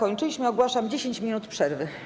Ogłaszam 10 minut przerwy.